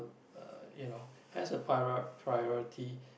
uh you know has a prior~ priority